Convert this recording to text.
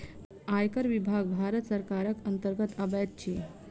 आयकर विभाग भारत सरकारक अन्तर्गत अबैत अछि